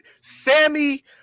Sammy –